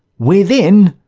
within,